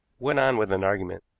went on with an argument